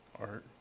Art